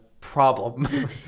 problem